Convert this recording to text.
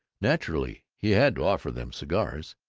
naturally he had to offer them cigars.